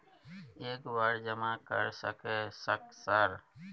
एक बार जमा कर सके सक सर?